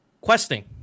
questing